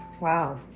Wow